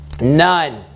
None